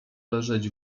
leżeć